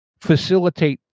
facilitate